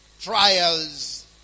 Trials